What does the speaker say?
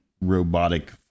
robotic